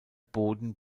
boden